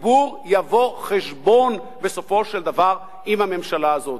הציבור יבוא חשבון בסופו של דבר עם הממשלה הזאת.